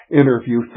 interview